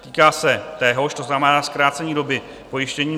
Týká se téhož, to znamená zkrácení doby pojištění.